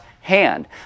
hand